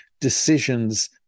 decisions